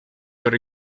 were